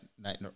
night